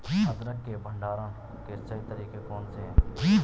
अदरक के भंडारण के सही तरीके कौन से हैं?